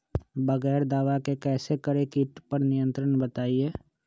बगैर दवा के कैसे करें कीट पर नियंत्रण बताइए?